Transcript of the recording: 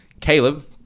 Caleb